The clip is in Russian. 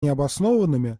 необоснованными